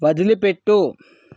వదిలిపెట్టు